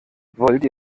wollt